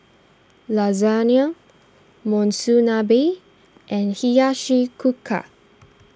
Lasagna Monsunabe and Hiyashi Chuka